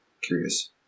curious